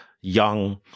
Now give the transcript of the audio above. young